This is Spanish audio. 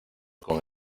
con